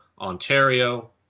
Ontario